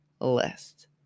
list